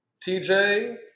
TJ